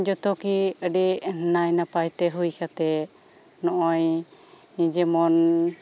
ᱡᱚᱛᱚ ᱜᱮ ᱟᱹᱰᱤ ᱱᱟᱭ ᱱᱟᱯᱟᱭ ᱛᱮ ᱦᱩᱭ ᱠᱟᱛᱮᱫ ᱱᱚᱜᱼᱚᱭ ᱡᱮᱢᱚᱱ